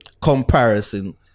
comparison